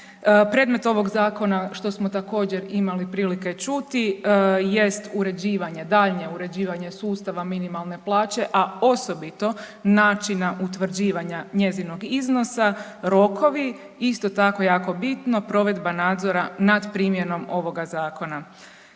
Predmet ovog zakona što smo također imali prilike čuti jest uređivanje, daljnje uređivanje sustava minimalne plaće, a osobito načina utvrđivanja njezinog iznosa, rokovi isto tako jako bitno provedba nadzora nad primjenom ovoga zakona.